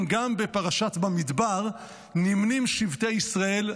גם בפרשת במדבר נמנים שבטי ישראל.